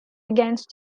against